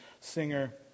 singer